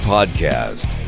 Podcast